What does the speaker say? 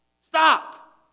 Stop